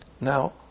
Now